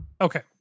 Okay